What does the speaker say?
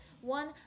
one